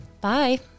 Bye